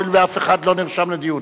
הואיל ואף אחד לא נרשם לדיון.